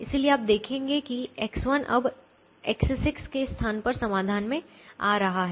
इसलिए आप देखेंगे कि X1 अब X6 के स्थान पर समाधान में आ रहा है